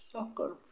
Soccer